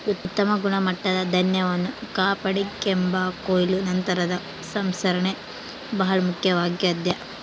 ಉತ್ತಮ ಗುಣಮಟ್ಟದ ಧಾನ್ಯವನ್ನು ಕಾಪಾಡಿಕೆಂಬಾಕ ಕೊಯ್ಲು ನಂತರದ ಸಂಸ್ಕರಣೆ ಬಹಳ ಮುಖ್ಯವಾಗ್ಯದ